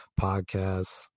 podcasts